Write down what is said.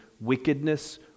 wickedness